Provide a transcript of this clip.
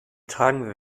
tragen